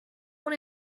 una